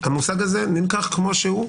המושג הזה נלקח כמו שהוא,